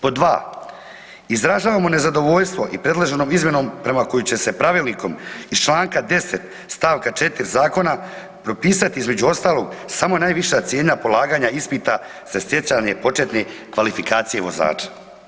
Pod dva, izražavamo nezadovoljstvo i predloženom izmjenom prema kojoj će se pravilnikom iz čl. 10. st. 4. zakona propisati između ostalog samo najviša cijena polaganja ispita za stjecanje početne kvalifikacije vozača.